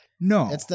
no